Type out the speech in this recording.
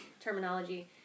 terminology